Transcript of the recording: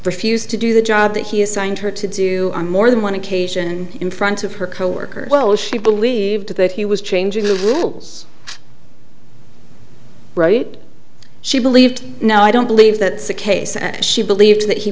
refused to do the job that he assigned her to do more than one occasion in front of her coworkers well she believed that he was changing the rules right she believed no i don't believe that it's a case and she believes that he